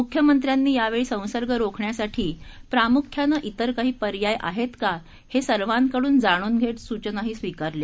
मुख्यमंत्र्यांनी यावेळी संसर्ग रोखण्यासाठी प्रामुख्यानं विर काही पर्याय आहेत का ते सर्वाकडून जाणून घेत सुचनाही स्वीकारल्या